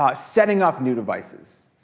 um setting up new devices.